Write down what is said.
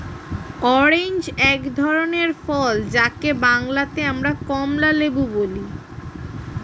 orange এক ধরনের ফল যাকে বাংলাতে আমরা কমলালেবু বলি